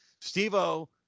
Steve-O